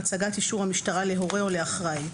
4.הצגת אישור המשטרה להורה או לאחראי.